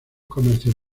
comercios